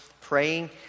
praying